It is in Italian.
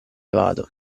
vado